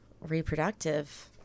reproductive